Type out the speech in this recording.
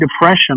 depression